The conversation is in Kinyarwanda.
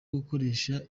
gukoresha